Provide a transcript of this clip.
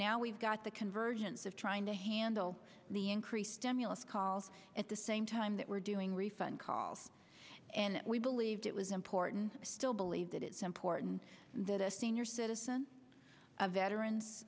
now we've got the convergence of trying to handle the increased emulous calls at the same time that we're doing refund calls and we believed it was important still believe that it's important that a senior citizen of veterans